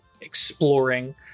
exploring